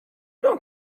don’t